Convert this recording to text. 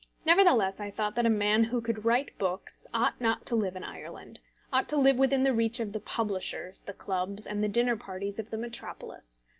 nevertheless i thought that a man who could write books ought not to live in ireland ought to live within the reach of the publishers, the clubs, and the dinner-parties of the metropolis.